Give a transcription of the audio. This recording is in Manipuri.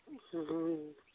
ꯎꯝ